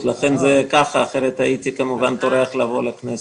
אחרת הייתי טורח לבוא לכנסת.